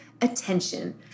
attention